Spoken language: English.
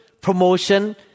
promotion